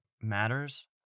matters